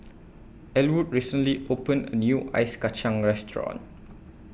Ellwood recently opened A New Ice Kacang Restaurant